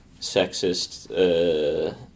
sexist